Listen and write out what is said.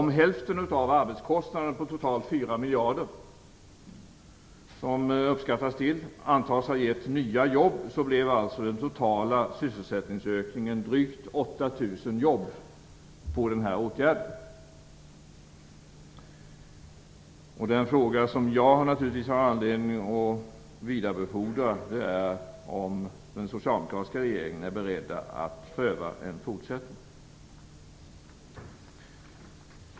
Om hälften av arbetskostnaden på totalt 4 miljarder antas ha gett nya jobb, blev alltså den totala sysselsättningsökningen drygt 8 000 jobb. Den fråga som jag naturligtvis har anledning att vidarebefordra är om den socialdemokratiska regeringen är beredd att pröva en fortsättning.